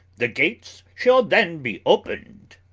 the gates shall then be opened.